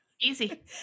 Easy